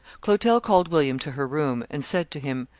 clotel called william to her room, and said to him,